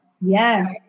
yes